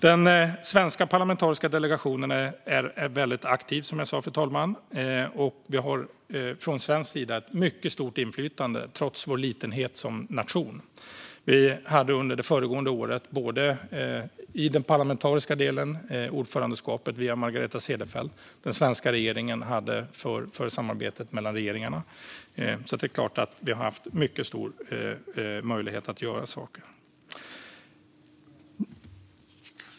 Den svenska parlamentariska delegationen är, som jag sa, fru talman, väldigt aktiv, och vi har från svensk sida ett mycket stort inflytande, trots vår litenhet som nation. Vi hade under det föregående året ordförandeskapet i den parlamentariska delen, via Margareta Cederfelt, och den svenska regeringen hade ordförandeskapet när det gäller samarbetet mellan regeringarna. Vi har alltså haft mycket stor möjlighet att göra saker.